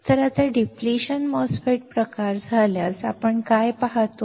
तर आता depletion MOSFET प्रकार झाल्यास आपण काय पाहतो